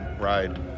ride